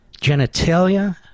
genitalia